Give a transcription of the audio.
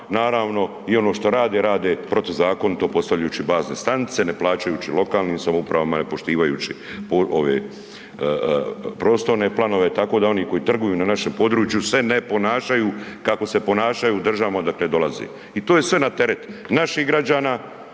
Naravno i ono što rade, rade protuzakonito postavljajući bazne stanice ne plaćajući lokalnim samoupravama, ne poštivajući ove prostorne planove, tako da oni koji trguju na našem području se ne ponašaju kako se ponašaju u državama odakle dolaze. I to je sve na teret naših građana,